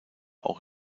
auch